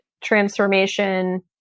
transformation